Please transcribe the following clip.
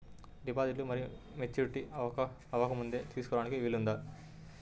డిపాజిట్ను మెచ్యూరిటీ అవ్వకముందే తీసుకోటానికి వీలుందా?